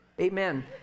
Amen